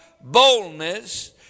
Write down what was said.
Boldness